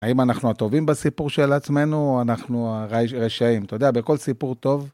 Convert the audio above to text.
האם אנחנו הטובים בסיפור של עצמנו, או אנחנו הרשעים, אתה יודע, בכל סיפור טוב.